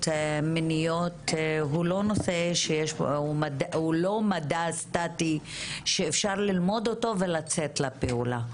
מיניות הוא לא מדע סטטי שאפשר ללמוד אותו ולצאת לפעולה.